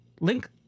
link